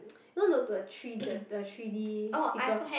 you know tho~ the the the three D sticker